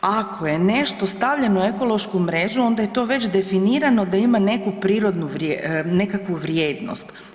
Ako je nešto stavljeno u ekološku mrežu onda je to već definirano da ima neku prirodnu, nekakvu vrijednost.